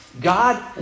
God